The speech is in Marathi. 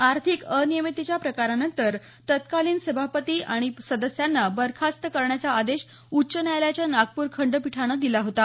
आर्थिक अनियमिततेच्या प्रकारानंतर तत्कालीन सभापती आणि सदस्यांना बरखास्त करण्याचा आदेश उच्च न्यायालयाच्या नागपूर खंडपीठाने दिला होता